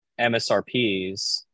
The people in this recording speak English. MSRPs